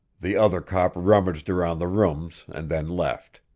the other cop rummaged around the rooms and then left.